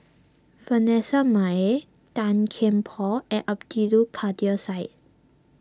Vanessa Mae Tan Kian Por and Abdul Kadir Syed